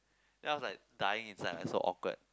then I was like dying inside like so awkward